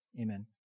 Amen